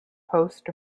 post